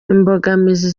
imbogamizi